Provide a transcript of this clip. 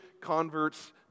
converts